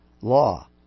Law